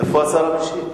איפה השר המשיב?